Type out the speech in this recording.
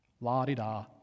La-di-da